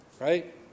right